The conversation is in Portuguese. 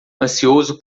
ansioso